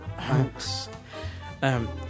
thanks